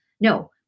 No